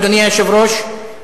אדוני היושב-ראש,